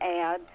add